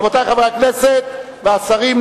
רבותי חברי הכנסת והשרים,